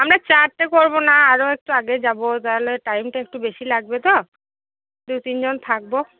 আমরা চারটে করবো না আরও একটু আগে যাব তাহলে টাইমটা একটু বেশি লাগবে তো দু তিনজন থাকবো